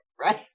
right